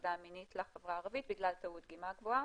הטרדה מינית לחברה הערבית בגלל טעות דגימה גבוהה,